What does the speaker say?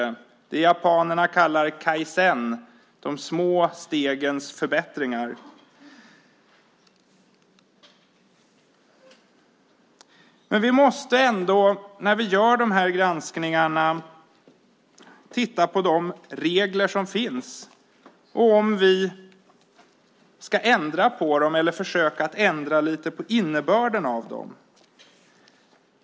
Det är det japanerna kallar kaizen , de små stegens förbättringar. När vi gör dessa granskningar måste vi ändå titta på de regler som finns och om vi ska ändra på dem eller försöka att ändra lite på innebörden av dem.